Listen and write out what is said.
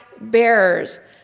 bearers